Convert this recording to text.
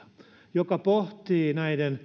joka pohtii